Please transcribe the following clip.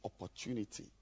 opportunity